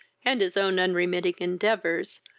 and his own unremitting endeavours,